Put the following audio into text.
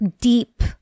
deep